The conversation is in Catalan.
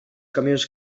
camions